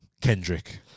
Kendrick